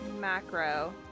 macro